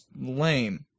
lame